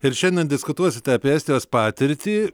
ir šiandien diskutuosite apie estijos patirtį